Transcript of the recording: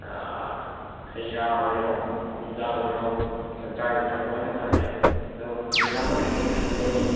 ꯍꯩꯔꯥ ꯑꯣꯏꯔꯣ ꯆꯤꯟꯖꯥꯛ ꯑꯣꯏꯔꯣ ꯆꯥꯛ ꯆꯥ ꯌꯨꯊꯛ ꯂꯣꯏꯅ ꯐꯖꯩ ꯑꯗꯨ ꯃꯦꯗꯥꯝꯅ ꯀꯔꯤ ꯀꯔꯤ ꯈꯪꯅꯤꯡꯕ ꯂꯩꯒꯦ